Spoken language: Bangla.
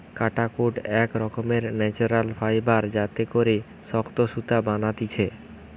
কাটাকুট এক রকমের ন্যাচারাল ফাইবার যাতে করে শক্ত সুতা বানাতিছে